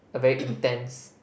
a very intense